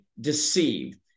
deceived